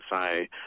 say